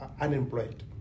unemployed